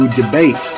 debate